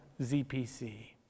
ZPC